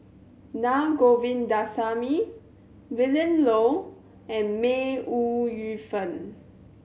Naa Govindasamy Willin Low and May Ooi Yu Fen